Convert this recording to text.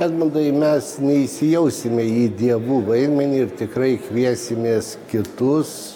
edmundai mes neįsijausime į dievų vaidmenį ir tikrai kviesimės kitus